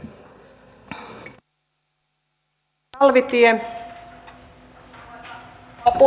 arvoisa rouva puhemies